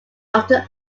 often